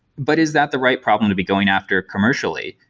but is that the right problem to be going after commercially?